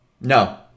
No